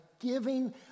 giving